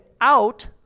out